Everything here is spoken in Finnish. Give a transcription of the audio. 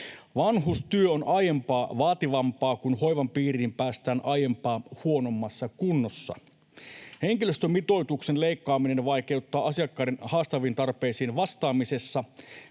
Vanhustyö on aiempaa vaativampaa, kuin hoivan piiriin päästään aiempaa huonommassa kunnossa. Henkilöstömitoituksen leikkaaminen vaikeuttaa asiakkaiden haastaviin tarpeisiin vastaamisessa,